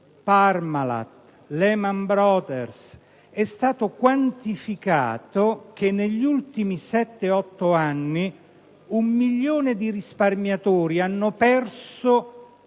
Parmalat e Lehman Brothers ed è stato quantificato che negli ultimi sette-otto anni un milione di risparmiatori ha perso